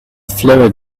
fluid